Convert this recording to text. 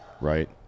Right